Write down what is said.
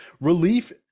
relief